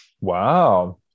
Wow